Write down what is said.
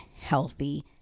healthy